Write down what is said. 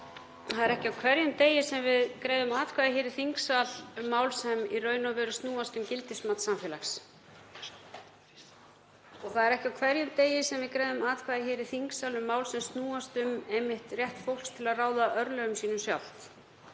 Það er ekki á hverjum degi sem við greiðum atkvæði hér í þingsal um mál sem snúast í raun og veru um gildismat samfélags. Það er ekki á hverjum degi sem við greiðum atkvæði hér í þingsal um mál sem snúast um einmitt rétt fólks til að ráða örlögum sínum sjálft.